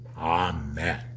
Amen